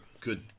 good